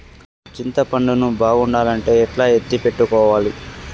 చింతపండు ను బాగుండాలంటే ఎట్లా ఎత్తిపెట్టుకోవాలి?